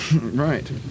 Right